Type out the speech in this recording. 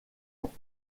ans